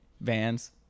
Vans